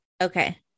Okay